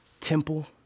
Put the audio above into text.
temple